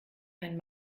ein